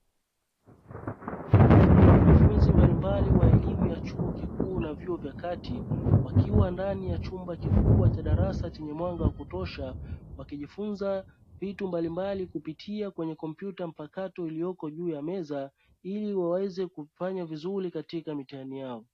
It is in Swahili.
Wanafunzi mbalimbali wa elimu ya chuo kikuu na vyuo vya kati wakiwa ndani ya chumba kikubwa cha darasa chenye mwanga wa kutosha, wakijifunza vitu mbalimbali kupitia kwenye kompyuta mpakato iliyoko juu ya meza ili waweze kufanya vizuri katika mitihani yao.